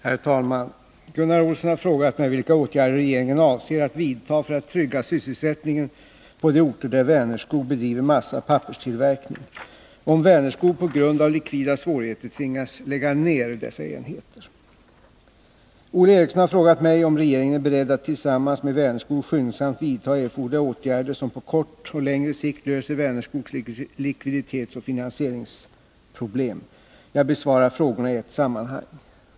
Herr talman! Gunnar Olsson har frågat mig vilka åtgärder regeringen avser att vidta för att trygga sysselsättningen på de orter där Vänerskog bedriver massaoch papperstillverkning, om Vänerskog på grund av likvida svårigheter tvingas lägga ner dessa enheter. Olle Eriksson har frågat mig om regeringen är beredd att tillsammans med Vänerskog skyndsamt vidta erforderliga åtgärder som på kort och längre sikt löser Vänerskogs likviditetsoch finansieringsproblem. Jag besvarar frågorna i ett sammanhang.